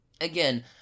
Again